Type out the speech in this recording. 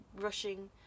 rushing